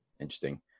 interesting